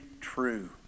true